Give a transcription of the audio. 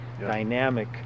dynamic